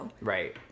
Right